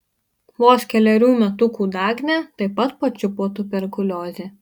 vos kelerių metukų dagnę taip pat pačiupo tuberkuliozė